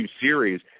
series